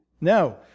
No